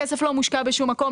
הכסף לא מושקע בשום מקום,